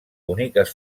boniques